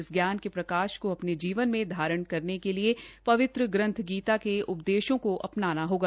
इस ज्ञान के प्रकाश को अपने जीवन में धारण करने के लिए पवित्र ग्रंथ गीता के उपदेशों को अपनाना होगा